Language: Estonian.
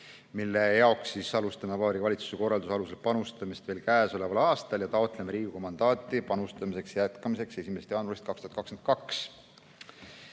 mille jaoks alustame Vabariigi Valitsuse korralduse alusel panustamist veel käesoleval aastal ja taotleme Riigikogult mandaati panustamise jätkamiseks 1. jaanuarist 2022.